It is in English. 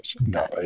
no